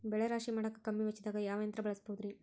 ಬೆಳೆ ರಾಶಿ ಮಾಡಾಕ ಕಮ್ಮಿ ವೆಚ್ಚದಾಗ ಯಾವ ಯಂತ್ರ ಬಳಸಬಹುದುರೇ?